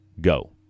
go